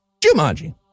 Jumanji